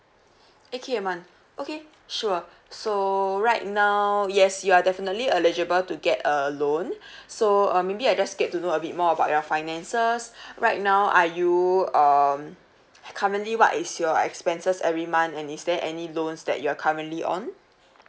eight K a month okay sure so right now yes you are definitely eligible to get a loan so uh maybe I just get to know a bit more about your finances right now are you um currently what is your expenses every month and is there any loans that you're currently on